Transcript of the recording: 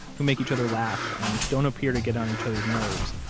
who make each other laugh and don't appear to get on each other's nerves,